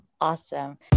Awesome